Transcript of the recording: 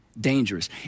dangerous